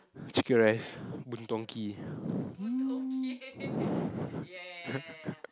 chicken rice Boon-Tong-Kee